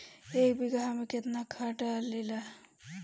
एक बिगहा में केतना खाद लागेला?